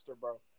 bro